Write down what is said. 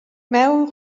mewn